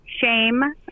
shame